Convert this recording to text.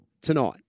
tonight